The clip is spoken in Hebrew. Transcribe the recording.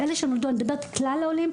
אני מדברת על כלל העולים,